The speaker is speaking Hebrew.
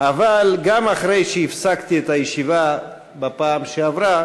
אבל גם אחרי שהפסקתי את הישיבה בפעם שעברה